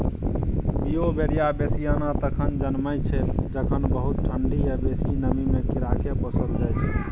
Beauveria bassiana तखन जनमय छै जखन बहुत ठंढी या बेसी नमीमे कीड़ाकेँ पोसल जाइ छै